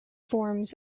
forms